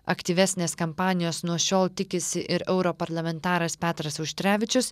aktyvesnės kampanijos nuo šiol tikisi ir europarlamentaras petras auštrevičius